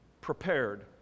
prepared